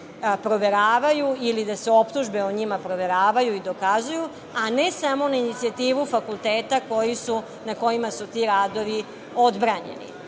načine proveravaju ili da se optužbe o njima proveravaju i dokazuju, a ne samo na inicijativu fakulteta na kojima su ti radovi odbranjeni. Osim